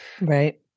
Right